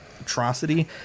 atrocity